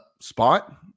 spot